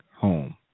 home